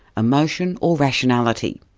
emotion or rationality?